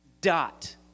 dot